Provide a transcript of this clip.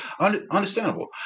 Understandable